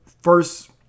first